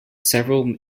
several